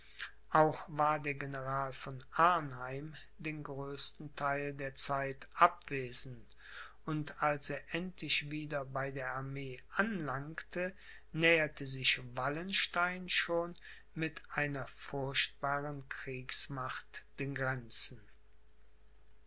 auch war der general von arnheim den größten theil der zeit abwesend und als er endlich wieder bei der armee anlangte näherte sich wallenstein schon mit einer furchtbaren kriegsmacht den grenzen